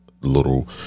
little